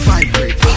Vibrate